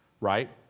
right